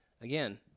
Again